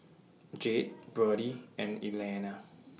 Jade Brody and Elaina